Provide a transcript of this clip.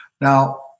Now